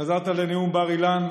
שחזרת לנאום בר-אילן,